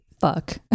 fuck